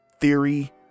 theory